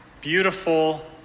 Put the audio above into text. beautiful